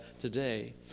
today